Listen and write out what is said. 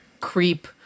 creep